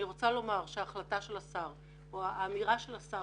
אני רוצה לומר שהחלטה של השר או האמירה של השר